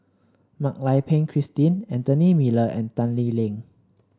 Mak Lai Peng Christine Anthony Miller and Tan Lee Leng